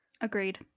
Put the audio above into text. Agreed